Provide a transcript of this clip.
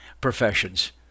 professions